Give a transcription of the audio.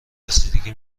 رسیدگی